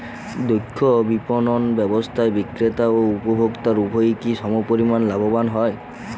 দক্ষ বিপণন ব্যবস্থায় বিক্রেতা ও উপভোক্ত উভয়ই কি সমপরিমাণ লাভবান হয়?